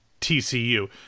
TCU